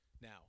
now